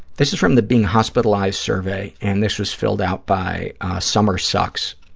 this is from the being hospitalized survey, and this was filled out by summer sucks,